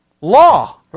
Law